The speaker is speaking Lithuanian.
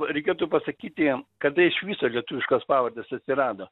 reikėtų pasakyti kada iš viso lietuviškos pavardės atsirado